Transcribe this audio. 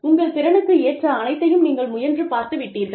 உங்கள் திறனுக்கு ஏற்ற அனைத்தையும் நீங்கள் முயன்று பார்த்து விட்டீர்கள்